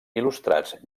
il·lustrats